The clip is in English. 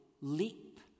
leap